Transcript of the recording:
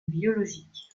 biologique